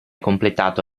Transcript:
completato